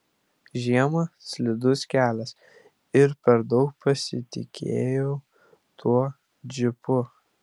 žiema slidus kelias ir per daug pasitikėjau tuo džipu